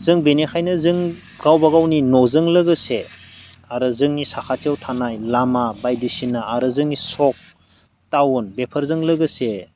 जों बेनिखायनो जों गावबा गावनि न'जों लोगोसे आरो जोंनि साखाथियाव थानाय लामा बायदिसिना आरो जोंनि सख टाउन बेफोरजों लोगोसे